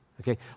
Okay